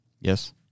Yes